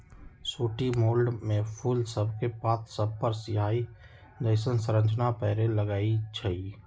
sooty mould में फूल सभके पात सभपर सियाहि जइसन्न संरचना परै लगैए छइ